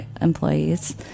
employees